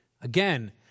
Again